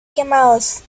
quemados